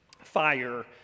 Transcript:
Fire